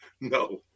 No